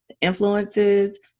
influences